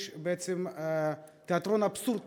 יש בעצם תיאטרון אבסורד